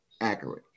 accurate